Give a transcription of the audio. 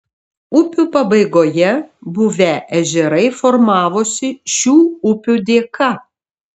upių pabaigoje buvę ežerai formavosi šių upių dėka